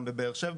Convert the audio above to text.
גם בבאר שבע,